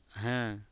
ᱦᱮᱸ